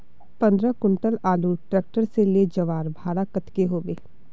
पंद्रह कुंटल आलूर ट्रैक्टर से ले जवार भाड़ा कतेक होबे?